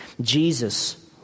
Jesus